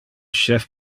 chef